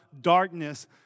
darkness